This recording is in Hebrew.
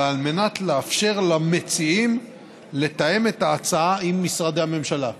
ועל מנת לאפשר למציעים לתאם את ההצעה עם משרדי הממשלה.